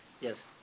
Yes